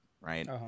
Right